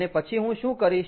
અને પછી હું શું કરીશ